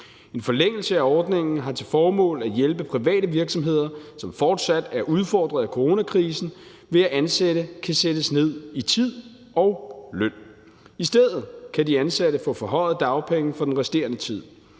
En forlængelse af ordningen har til formål at hjælpe private virksomheder, som fortsat er udfordret af coronakrisen, ved at ansatte kan sættes ned i tid og løn. I stedet kan de ansatte få forhøjede dagpenge for den resterende tid.